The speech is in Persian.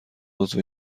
عضو